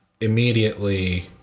immediately